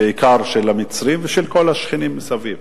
בעיקר של המצרים וכל השכנים מסביב,